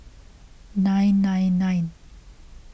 nine nine nine